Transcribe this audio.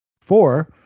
four